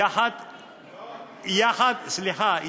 סליחה,